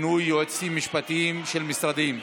מינוי יועצים משפטיים של משרדים).